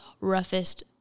Roughest